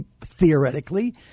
theoretically